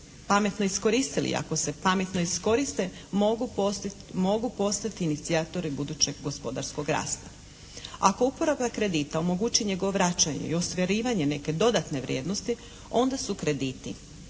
pametno iskoristili i ako se pametno iskoriste mogu postati inicijatori budućeg gospodarskog rasta. Ako uporaba kredita omogući njegovo vraćanje i ostvarivanje neke dodatne vrijednosti onda su krediti